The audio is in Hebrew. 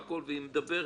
באמת,